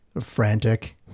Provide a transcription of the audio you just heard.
frantic